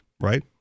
right